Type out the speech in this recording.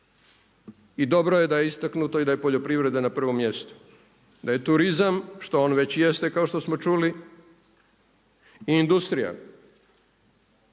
i dobro je da je istaknuto i da je poljoprivreda na prvom mjestu. Da je turizam, što on već jeste kao što smo čuli, i industrija